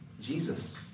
Jesus